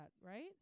right